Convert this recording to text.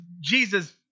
Jesus